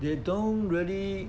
they don't really